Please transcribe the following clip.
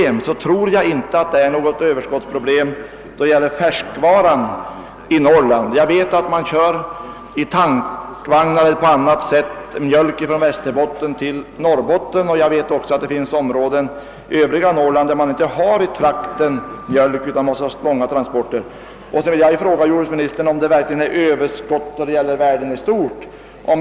När det gäller färskvarorna tror jag inte att vi har något överiskottsproblem i Norrland. Jag vet att man kör mjölk i tankvagnar och på annat sätt från Västerbotten till Norrbotten, och jag vet också att det finns andra områden i Norrland, där man inte producerar tillräckligt med mjölk utan måste transportera sådan långa sträckor. Jag vill vidare fråga jordbruksministern om han anser att det föreligger livsmedelsöverskott när det gäller världen i stort.